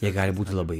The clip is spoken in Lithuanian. jie gali būti labai